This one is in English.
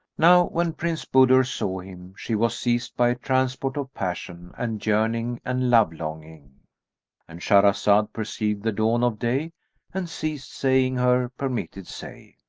now when princess budur saw him, she was seized by a transport of passion and yearning and love-longing and shahrazad per ceived the dawn of day and ceased saying her permitted say.